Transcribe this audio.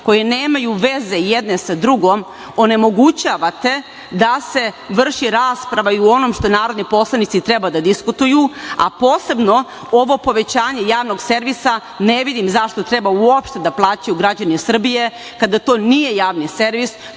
koje nemaju veze jedne sa drugom, onemogućavate da se vrši rasprava i u onom što narodni poslanici treba da diskutuju, a posebno ovo povećanje javnog servisa ne vidim zašto treba uopšte da plaćaju građani Srbije, kada to nije javni servis,